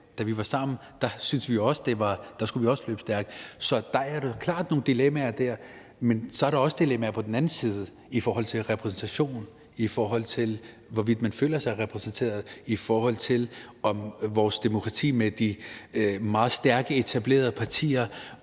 da vi var sammen, syntes vi også, at vi skulle løbe stærkt. Så der er da klart nogle dilemmaer dér. Men der er så også dilemmaer på den anden side i forhold til repræsentationen, i forhold til hvorvidt man føler sig repræsenteret, i forhold til om vores demokrati, med de meget stærke, etablerede partier,